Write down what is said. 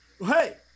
hey